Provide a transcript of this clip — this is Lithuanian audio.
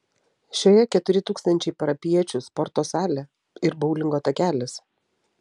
šioje keturi tūkstančiai parapijiečių sporto salė ir boulingo takelis